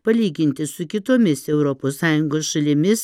palyginti su kitomis europos sąjungos šalimis